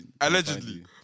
allegedly